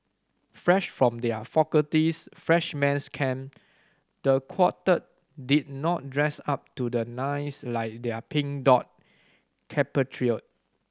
fresh from their faculty's freshman's camp the quartet did not dress up to the nines like their Pink Dot compatriot